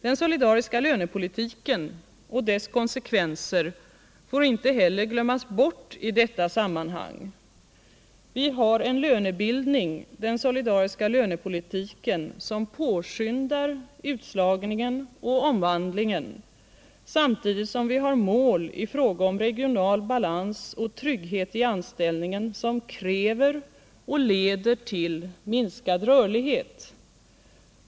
Den solidariska lönepolitiken och dess konsekvenser får inte heller glömmas bort i detta sammanhang. Vi har en lönebildning, den solidariska lönepolitiken, som påskyndar utslagningen och omvandlingen, samtidigt som vi har mål i fråga om regional balans och trygghet i anställningen som kräver och leder till minskad rörlighet.